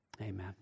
amen